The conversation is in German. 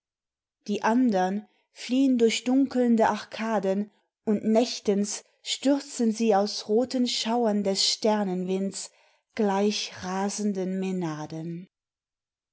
die andern fliehn durch dunkelnde arkaden und nächtens stürzen sie aus roten schauern des sternenwinds gleich rasenden mänaden